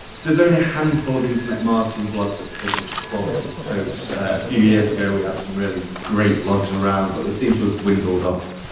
there's only a handful of internet marketing blogs that publish quality posts. a few years we had some really great blogs around but they seem to have dwindled off.